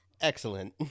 excellent